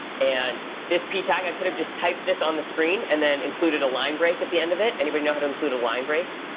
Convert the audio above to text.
and this p tag, i could have just typed this on the screen and then included a line break at the end of it. anybody know how to include a line break?